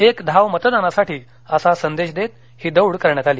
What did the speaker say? एक धाव मतदानासाठी असा संदेश देत ही दौड करण्यात आली